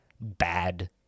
bad